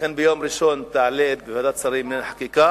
אכן ביום ראשון היא תעלה בוועדת שרים לחקיקה,